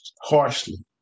harshly